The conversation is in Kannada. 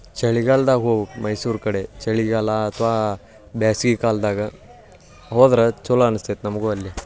ಚಳಿಗಾಲ್ದಾಗ ಹೋಗ್ಬೇಕು ಮೈಸೂರು ಕಡೆ ಚಳಿಗಾಲ ಅಥವಾ ಬ್ಯಾಸ್ಗೆ ಕಾಲದಾಗ ಹೋದ್ರೆ ಚಲೋ ಅನಿಸ್ತೈತೆ ನಮಗೂ ಅಲ್ಲಿ